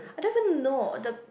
I don't even know the